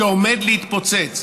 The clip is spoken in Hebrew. שעומד להתפוצץ.